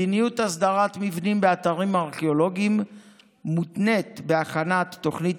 מדיניות הסדרת מבנים באתרים ארכיאולוגיים מותנית בהכנת תוכנית